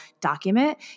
document